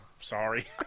sorry